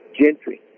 Gentry